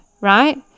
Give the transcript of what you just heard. right